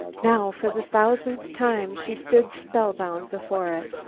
now for the thousandth time she stood spellbound before it.